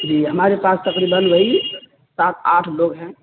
جی ہمارے پاس تقریباً وہی سات آٹھ لوگ ہیں